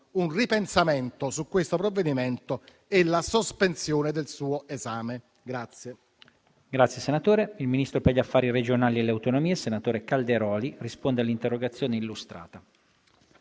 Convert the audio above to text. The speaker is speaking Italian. un ripensamento su questo provvedimento e la sospensione del suo esame.